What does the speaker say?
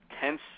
tense